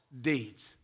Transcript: deeds